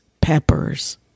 Peppers